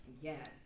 Yes